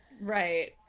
Right